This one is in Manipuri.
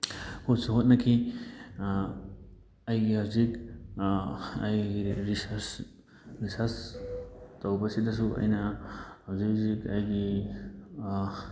ꯍꯣꯠꯁꯨ ꯍꯣꯠꯅꯈꯤ ꯑꯩꯒꯤ ꯍꯧꯖꯤꯛ ꯑꯩꯒꯤ ꯔꯤꯁꯔꯁ ꯔꯤꯁꯔꯁ ꯇꯧꯕꯁꯤꯗꯁꯨ ꯑꯩꯅ ꯍꯧꯖꯤꯛ ꯍꯧꯖꯤꯛ ꯑꯩꯒꯤ